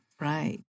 right